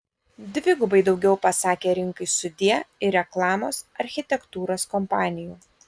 dvigubai daugiau pasakė rinkai sudie ir reklamos architektūros kompanijų